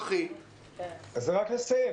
רק אסיים.